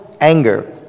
anger